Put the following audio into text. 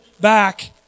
back